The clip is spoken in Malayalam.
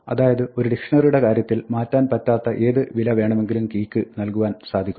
അതായത് ഒരു ഡിക്ഷ്ണറിയുടെ കാര്യത്തിൽ മാറ്റാൻ പറ്റാത്ത ഏത് വില വേണമെങ്കിലും കീ ക്ക് നൽകുവാൻ സാധിക്കും